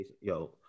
Yo